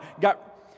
got